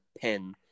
pen –